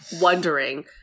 wondering